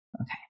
Okay